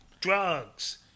drugs